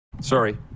Sorry